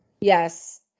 Yes